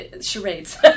charades